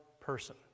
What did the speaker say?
person